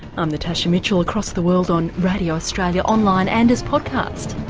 i'm natasha mitchell across the world on radio australia, online and as podcast.